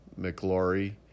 McLaurie